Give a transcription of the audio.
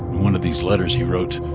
one of these letters he wrote,